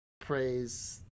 praise